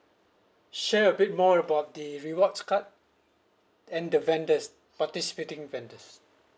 share a bit more about the rewards card and the vendors participating vendors